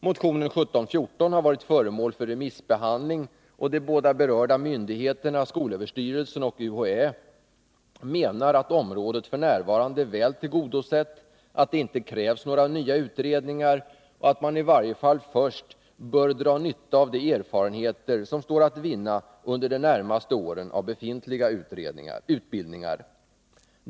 Motionen 1714 har varit föremål för remissbehandling, och de båda berörda myndigheterna — skolöverstyrelsen och UHÄ — menar att området f. n. är väl tillgodosett, att det inte krävs några nya utredningar och att man i varje fall först bör dra nytta av de erfarenheter som under de närmaste åren står att vinna av befintliga utbildningar.